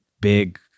big